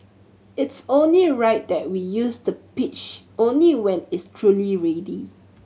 it's only right that we use the pitch only when it's truly ready